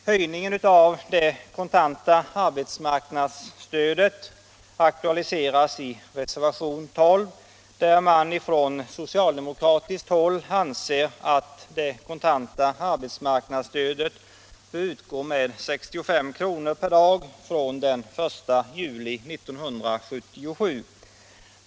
Höjning av det kontanta arbetsmarknadsstödet aktualiseras i reservationen 12, där man ifrån socialdemokratiskt håll anser att det kontanta arbetsmarknadsstödet bör utgå med 65 kr. per dag från den 1 juli 1977.